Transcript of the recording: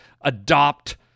adopt